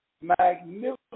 magnificent